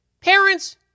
parents